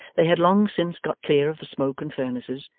they had long since got clear of the smoke and furnaces,